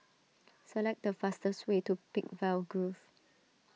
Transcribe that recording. select the fastest way to Peakville Grove